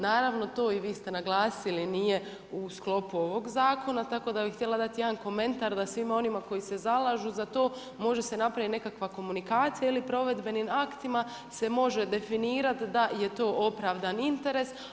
Naravno to i vi ste naglasili, nije u sklopu ovog zakona, tako da bi htjela dati jedan komentar, da svima onima koji se zalažu za to može se napraviti nekakva komunikacija ili provedbenim aktima, se može definirati da je to opravdan interes.